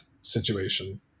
situation